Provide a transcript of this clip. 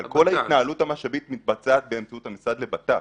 אבל כל ההתנהלות המשאבית מתבצעת באמצעות המשרד לבט"פ.